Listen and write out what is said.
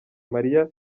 mariah